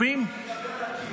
לדבר לקיר.